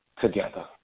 Together